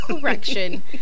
correction